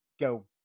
go